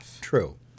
True